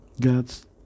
God's